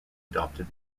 adopted